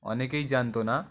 অনেকেই জানত না